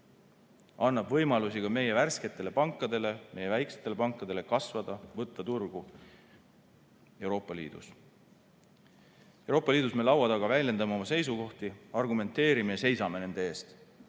annab võimalusi ka meie värsketele pankadele, meie väikestele pankadele kasvada, võtta turgu Euroopa Liidus. Euroopa Liidus me laua taga väljendame oma seisukohti, argumenteerime ja seisame nende eest.